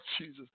jesus